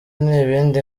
n’ibindi